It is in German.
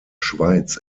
schweiz